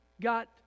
got